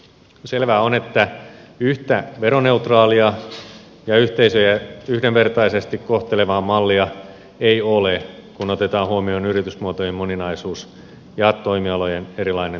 selvää on että yhtä veroneutraalia ja yhteisöjä yhdenvertaisesti kohtelevaa mallia ei ole kun otetaan huomioon yritysmuotojen moninaisuus ja toimialojen erilainen tuottavuus